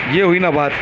یہ ہوئی نا بات